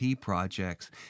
projects